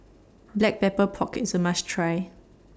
Black Pepper Pork IS A must Try